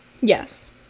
Yes